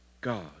God